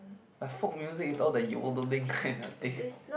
a folk music is all the yodeling kind of thing